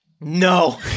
No